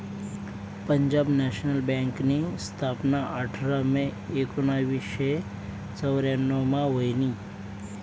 Punjab national बँकनी स्थापना आठरा मे एकोनावीसशे चौर्यान्नव मा व्हयनी